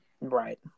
Right